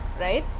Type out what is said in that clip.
right.